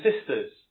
sisters